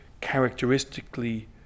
characteristically